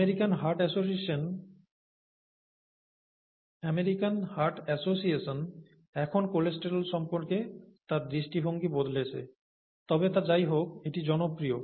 American Heart Association এখন cholesterol সম্পর্কে তার দৃষ্টিভঙ্গি বদলেছে তবে তা যাইহোক এটি জনপ্রিয়